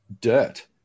dirt